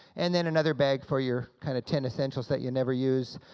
and then another bag for your kind of ten essentials that you never use.